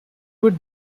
would